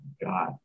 God